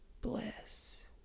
bliss